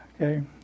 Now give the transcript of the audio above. Okay